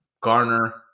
Garner